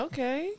Okay